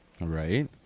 Right